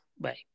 Bye